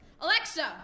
Alexa